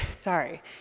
Sorry